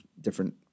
different